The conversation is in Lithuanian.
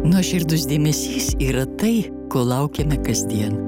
nuoširdus dėmesys yra tai ko laukiame kasdien